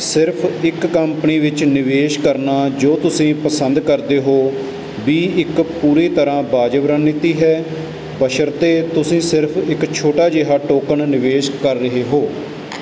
ਸਿਰਫ ਇੱਕ ਕੰਪਨੀ ਵਿੱਚ ਨਿਵੇਸ਼ ਕਰਨਾ ਜੋ ਤੁਸੀਂ ਪਸੰਦ ਕਰਦੇ ਹੋ ਵੀ ਇੱਕ ਪੂਰੀ ਤਰ੍ਹਾਂ ਵਾਜਿਬ ਰਣਨੀਤੀ ਹੈ ਬਸ਼ਰਤੇ ਤੁਸੀਂ ਸਿਰਫ ਇੱਕ ਛੋਟਾ ਜਿਹਾ ਟੋਕਨ ਨਿਵੇਸ਼ ਕਰ ਰਹੇ ਹੋ